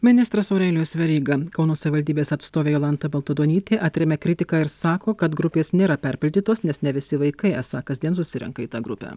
ministras aurelijus veryga kauno savivaldybės atstovė jolanta baltaduonytė atremia kritiką ir sako kad grupės nėra perpildytos nes ne visi vaikai esą kasdien susirenka į tą grupę